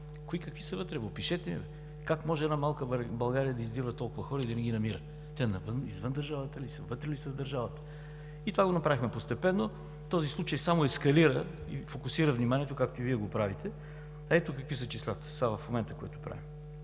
кои, какви са вътре, опишете ми. Как може една малка България да издирва толкова хора и да не ги намира? Те извън държавата ли са, вътре в държавата ли са?! Това го направихме постепенно. Този случай само ескалира и фокусира вниманието, както и Вие го правите. Ето какви са числата сега, в момента, и които аз